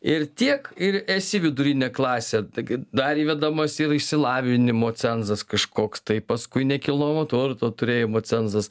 ir tiek ir esi vidurinė klasė taigi dar įvedamas ir išsilavinimo cenzas kažkoks tai paskui nekilnojamo turto turėjimo cenzas